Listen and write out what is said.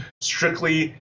strictly